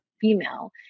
female